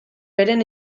beren